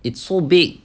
it's so big